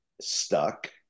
stuck